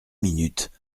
minutes